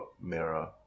Mirror